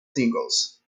singles